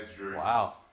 Wow